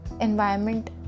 environment